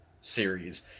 series